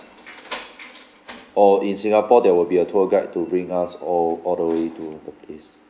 or in singapore there will be a tour guide to bring us all all the way to the place